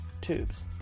Tubes